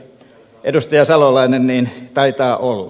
edustaja salolainen niin taitaa olla